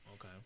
Okay